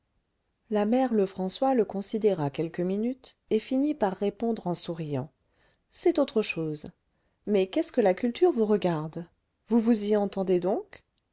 la mère lefrançois le considéra quelques minutes et finit par répondre en souriant c'est autre chose mais qu'est-ce que la culture vous regarde vous vous y entendez donc